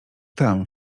tam